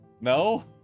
No